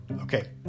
Okay